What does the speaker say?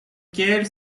qu’elle